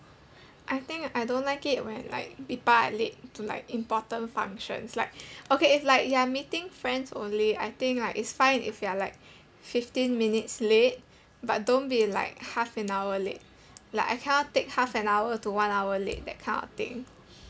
I think I don't like it when like people are late to like important functions like okay if like you're meeting friends only I think like it's fine if you're like fifteen minutes late but don't be like half an hour late like I cannot take half an hour to one hour late that kind of thing